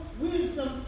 wisdom